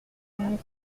nous